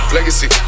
Legacy